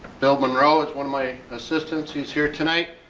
bill munro is one of my assistants he's here tonight.